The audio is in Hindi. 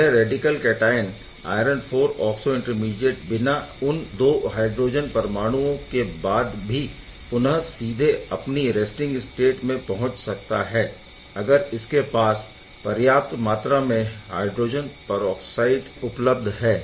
यह radical cation iron IV oxo intermediate बिना उन दो हायड्रोजन परमाणुओं के बाद भी पुनः सीधे अपनी रैस्टिंग स्टेट में पहुंच सकता है अगर इनके पास पर्याप्त मात्र में हायड्रोजन परऑक्साइड उपलब्ध है